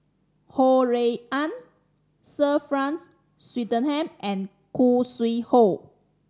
Ho Rui An Sir Franks Swettenham and Khoo Sui Hoe